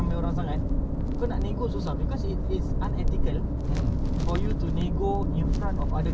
kau faham ah !alah! can lah this price I also buy from you [what] we buy two set leh kita pun jadi kawan macam gitu